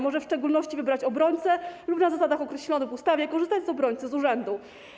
Może on w szczególności wybrać obrońcę lub na zasadach określonych w ustawie korzystać z obrońcy z urzędu.